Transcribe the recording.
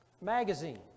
magazine